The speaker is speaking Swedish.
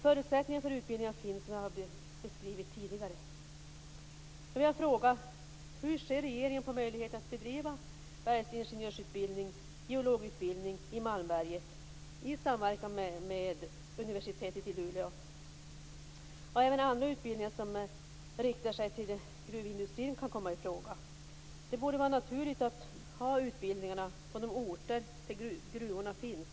Förutsättningen för utbildningar finns, vilket jag har beskrivit tidigare. Malmberget i samverkan med universitetet i Luleå? Även andra utbildningar som riktar sig till gruvindustrin kan komma i fråga. Det borde vara naturligt att ha utbildningarna på de orter gruvorna finns.